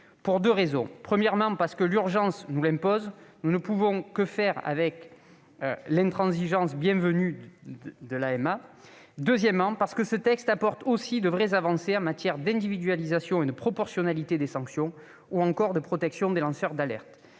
pour deux raisons. Premièrement, parce que l'urgence nous l'impose : nous n'avons d'autre choix que de faire avec l'intransigeance bienvenue de l'AMA. Deuxièmement, parce que ce texte contient aussi de vraies avancées, en matière d'individualisation et de proportionnalité des sanctions ou encore de protection des lanceurs d'alerte.